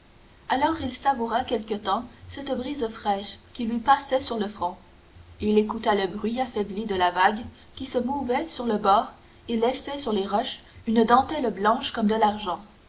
alors il savoura quelque temps cette brise fraîche qui lui passait sur le front il écouta le bruit affaibli de la vague qui se mouvait sur le bord et laissait sur les roches une dentelle d'écume blanche comme de l'argent